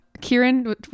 Kieran